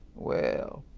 well,